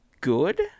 good